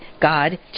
God